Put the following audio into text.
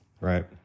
Right